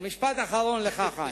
משפט אחרון לך, חיים.